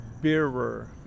Beerer